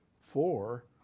four